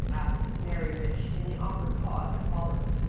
asked mary rich in the awkward pause that followed.